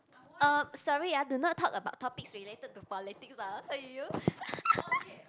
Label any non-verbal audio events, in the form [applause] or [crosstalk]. uh sorry ah do not talk about topic related to politics ah [laughs]